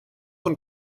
von